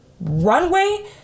runway